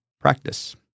practice